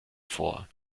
vor